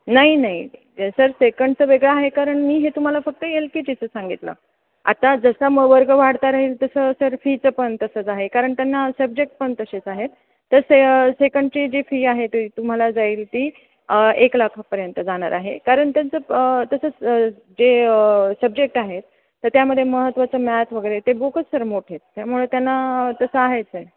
नाही नाही सर सेकंडचं वेगळं आहे कारण मी हे तुम्हाला फक्त एल के जीचं सांगितलं आता जसा मग वर्ग वाढता राहील तसं सर फीचं पण तसंच आहे कारण त्यांना सब्जेक्ट पण तसेच आहेत तर से सेकंडची जी फी आहे तर तुम्हाला जाईल ती एक लाखापर्यंत जाणार आहे कारण त्यांचं तसंच जे सब्जेक्ट आहेत तर त्यामध्ये महत्त्वाचं मॅथ वगैरे ते बुकच सर मोठे आहेत त्यामुळे त्यांना तसं आहेच आहे